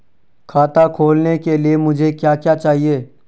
खाता खोलने के लिए मुझे क्या क्या चाहिए?